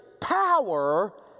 power